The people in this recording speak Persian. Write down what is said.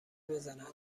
بزند